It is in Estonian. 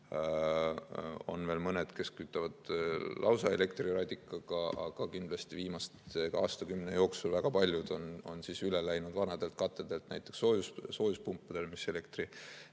On veel mõned, kes kütavad lausa elektriradikaga, aga kindlasti viimase aastakümne jooksul väga paljud on üle läinud vanadelt kateldelt näiteks soojuspumpadele, mis elektriga